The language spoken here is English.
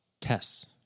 tests